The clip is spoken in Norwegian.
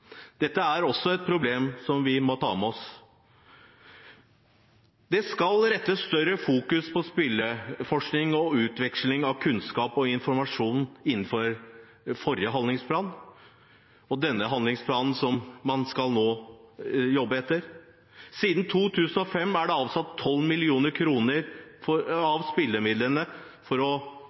Dette er også et problem som vi må ta med oss. Det skal rettes større fokus mot spillforskning og utveksling av kunnskap og informasjon i denne handlingsplanen som man nå skal jobbe etter, enn i forrige handlingsplan. Siden 2005 er det avsatt